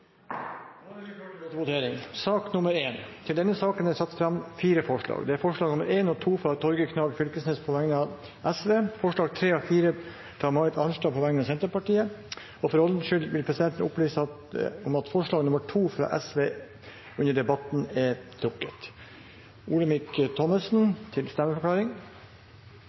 Da er Stortinget klar til å gå til votering. Under debatten er det satt fram fire forslag. Det er forslagene nr. 1 og 2, fra Torgeir Knag Fylkesnes på vegne av Sosialistisk Venstreparti forslagene nr. 3 og 4, fra Marit Arnstad på vegne av Senterpartiet For ordens skyld vil presidenten opplyse om at forslag nr. 2, fra Sosialistisk Venstreparti, under debatten ble trukket. Stortingspresident Olemic Thommessen har bedt om ordet til en stemmeforklaring.